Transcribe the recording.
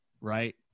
right